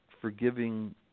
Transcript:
forgiving